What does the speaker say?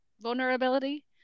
vulnerability